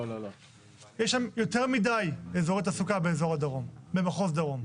יש שם יותר מדי אזורי תעסוקה במחוז דרום.